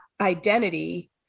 identity